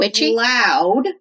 loud